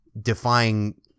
defying